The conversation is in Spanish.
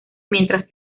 mientras